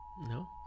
no